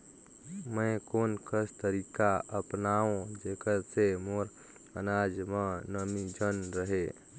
मैं कोन कस तरीका अपनाओं जेकर से मोर अनाज म नमी झन रहे?